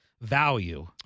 value